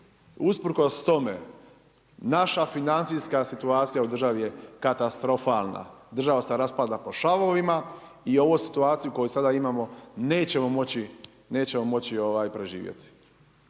usprkos tome, naša financijska situacija u državi je katastrofalna, država se raspada po šavovima i ovu situaciju koju sada imamo nećemo moći preživjet.